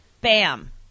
Bam